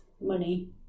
money